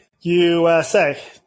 USA